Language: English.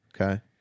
Okay